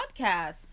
podcast